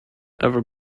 ever